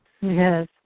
Yes